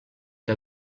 que